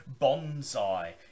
bonsai